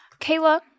Kayla